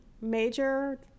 major